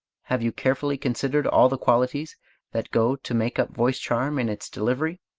have you carefully considered all the qualities that go to make up voice-charm in its delivery?